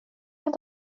kan